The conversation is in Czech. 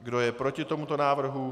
Kdo je proti tomuto návrhu?